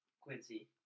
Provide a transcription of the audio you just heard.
Quincy